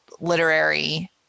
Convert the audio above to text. literary